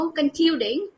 concluding